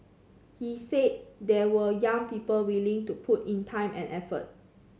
he said there were young people willing to put in time and effort